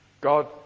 God